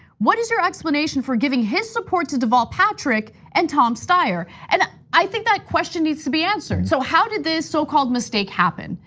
what is your explanation for giving his support to deval patrick and tom steyer? and i think that question needs to be answered. so how did this so-called mistake happen?